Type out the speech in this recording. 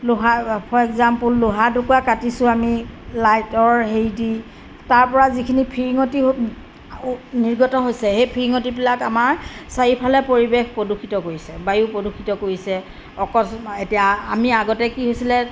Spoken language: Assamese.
লোহা ফৰ একজাম্পল লোহা এটুকুৰা কাটিছোঁ আমি লাইটৰ হেৰি দি তাৰ পৰা যিখিনি ফিৰিঙতি হওক নিৰ্গত হৈছে সেই ফিৰিঙতিবিলাক আমাৰ চাৰিওফালে পৰিৱেশ প্ৰদূষিত কৰিছে বায়ু প্ৰদূষিত কৰিছে অক এতিয়া আমি আগতে কি হৈছিলে